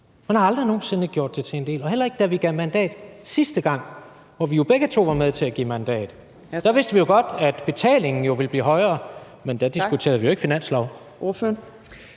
Man har aldrig nogen sinde gjort det til en del af sit mandat, heller ikke da vi gav mandat sidste gang, hvor vi jo begge to var med til at give mandat. Der vidste vi godt, at betalingen ville blive højere, men da diskuterede vi jo ikke finanslov.